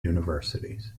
universities